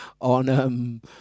on